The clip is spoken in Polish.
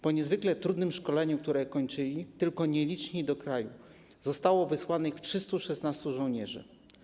Po niezwykle trudnym szkoleniu, które ukończyli tylko nieliczni, do kraju zostało wysłanych 316 żołnierzy.